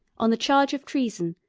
on the charge of treason,